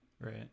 Right